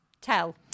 tell